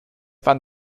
waren